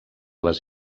les